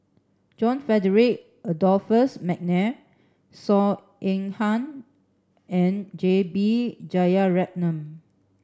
John Frederick Adolphus McNair Saw Ean Ang and J B Jeyaretnam